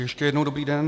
Ještě jednou dobrý den.